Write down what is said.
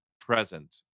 present